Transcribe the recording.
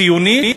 ציונית?